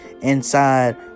inside